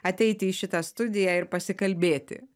ateiti į šitą studiją ir pasikalbėti